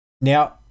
Now